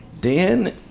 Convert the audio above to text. Dan